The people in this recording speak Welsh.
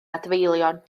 adfeilion